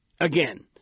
again